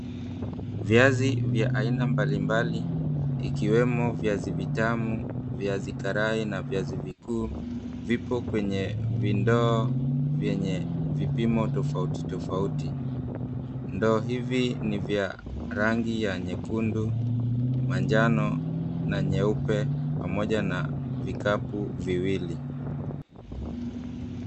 Viazi vya ina mbalimbali ikiwemo viazi vitamu, viazikarai na viazivikuu vipo kwenye vindoo vyenye vipimo tofautitofauti. Vindoo hivi ni vya rangi ya nyekundu, manjano na nyeupe pamoja na vikapu viwili.